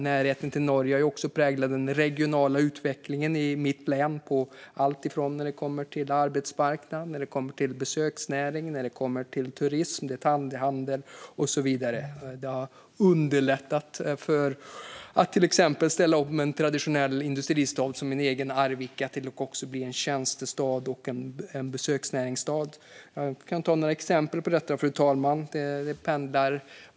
Närheten till Norge har också präglat den regionala utvecklingen i mitt hemlän när det gäller arbetsmarknad, besöksnäring, turism, detaljhandel och så vidare. Det har underlättat för att till exempel ställa om en traditionell industristad som min egen, Arvika, till att också bli en tjänste och besöksnäringsstad. Jag kan ge några exempel, fru talman.